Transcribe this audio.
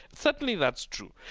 certainly that's true.